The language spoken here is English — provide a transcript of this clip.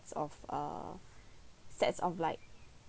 of uh sets of like